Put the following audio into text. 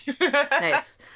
Nice